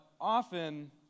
often